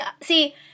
See